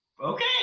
Okay